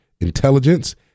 intelligence